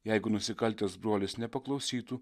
jeigu nusikaltęs brolis nepaklausytų